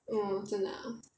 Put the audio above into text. orh 真的 ah